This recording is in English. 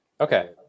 Okay